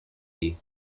ahí